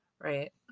Right